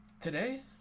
Today